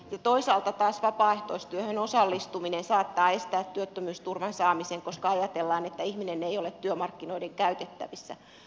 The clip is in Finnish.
toisaalta taas vapaaehtoistyöhön osallistuminen saattaa estää työttömyysturvan saamisen koska ajatellaan että ihminen ei ole työmarkkinoiden käytettävissä